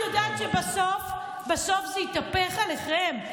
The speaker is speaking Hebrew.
את יודעת שבסוף בסוף זה יתהפך עליכם.